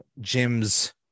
Jim's